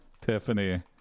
Tiffany